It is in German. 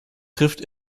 trifft